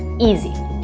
easy!